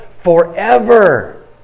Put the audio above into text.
forever